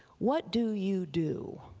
what do you do